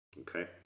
Okay